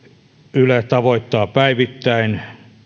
yle tavoittaa päivittäin